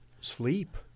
sleep